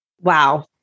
Wow